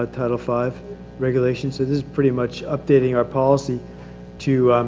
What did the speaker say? ah title five regulations. it is pretty much updating our policy to,